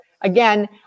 again